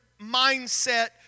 mindset